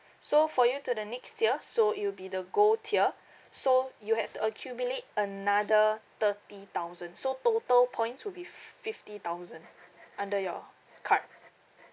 so for you to the next tier so it will be the gold tier so you have to accumulate another thirty thousand so total points will be f~ fifty thousand under your card